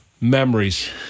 memories